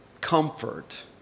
comfort